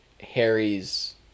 Harry's